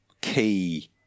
key